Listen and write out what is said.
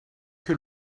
que